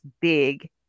big